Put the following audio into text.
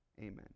Amen